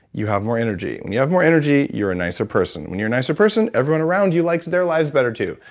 you have more energy. when you have more energy, you are a nicer person, when you are a nicer person everyone around you likes their lives better too.